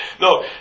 no